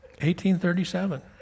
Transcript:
1837